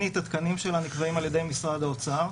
שנית, התקנים שלה נקבעים על ידי משרד האוצר.